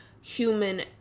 human